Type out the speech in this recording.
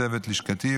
צוות לשכתי,